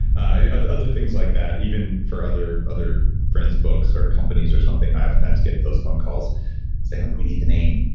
ah other things like that even for other other friends, books or companies or something, i oftentimes get those phone calls saying like, we need the name,